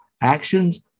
actions